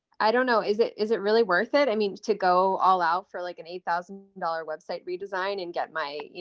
i don't know, is it, is it really worth it? i mean, to go all out for like an eight thousand dollars website redesign and get my, you